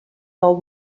del